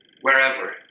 wherever